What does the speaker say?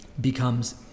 Becomes